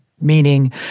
meaning